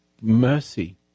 mercy